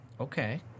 Okay